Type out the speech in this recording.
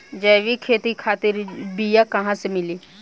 जैविक खेती खातिर बीया कहाँसे मिली?